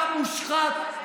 אתה מושחת.